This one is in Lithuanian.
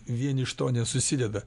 vien iš to nesusideda